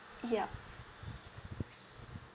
yup